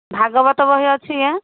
ଭାଗବତ ବହି ଅଛି କେ